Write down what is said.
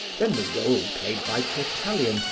then the role played by tertullian,